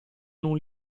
non